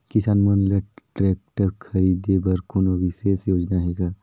किसान मन ल ट्रैक्टर खरीदे बर कोनो विशेष योजना हे का?